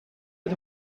het